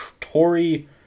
Tory